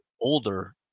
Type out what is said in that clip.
older